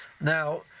Now